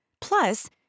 Plus